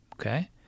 okay